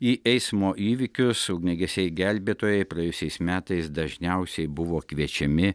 į eismo įvykius ugniagesiai gelbėtojai praėjusiais metais dažniausiai buvo kviečiami